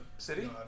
City